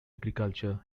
agriculture